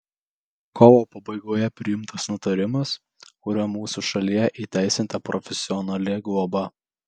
kovo pabaigoje priimtas nutarimas kuriuo mūsų šalyje įteisinta profesionali globa